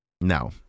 no